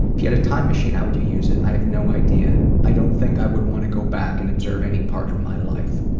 if you had a time machine, how would you use it i have no idea. i don't think i would want to go back and observe any part of my life.